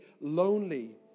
lonely